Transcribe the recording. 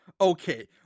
Okay